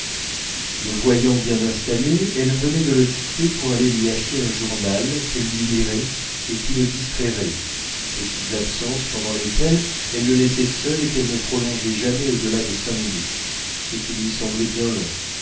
le voyant bien installé elle venait de le quitter pour aller lui acheter un journal qu'elle lui lirait et qui le distrairait petites absences pendant lesquelles elle le laissait seul et qu'elle ne prolongeait jamais au delà de cinq minutes ce qui lui semblait bien long